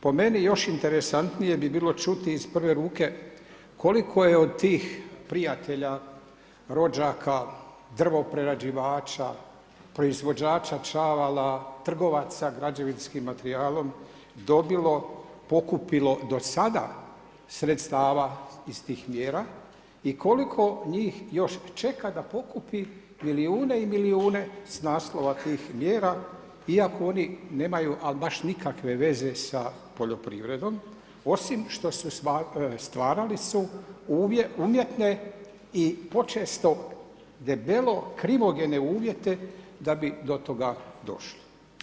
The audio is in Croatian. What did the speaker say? Po meni još interesantnije bi bilo čuti iz prve ruke koliko je od tih prijatelja, rođaka, drvoprerađivača, proizvođača čavala, trgovaca građevinskim materijalom dobilo, pokupilo do sada sredstava iz tih mjera i koliko njih još čeka da pokupi milijune i milijune s naslova tih mjera iako oni nemaju ali baš nikakve veze sa poljoprivrednom osim što su stvarali su umjetne i počesto debelo krivogene uvjete da bi do toga došlo.